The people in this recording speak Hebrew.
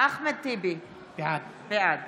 אחמד טיבי, בעד